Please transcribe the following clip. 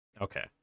Okay